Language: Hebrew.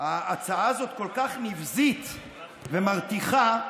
ההצעה הזאת כל כך נבזית ומרתיחה,